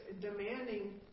demanding